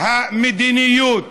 המדיניות